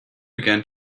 began